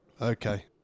Okay